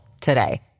today